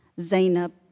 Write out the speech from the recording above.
Zainab